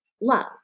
love